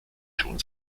schon